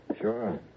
Sure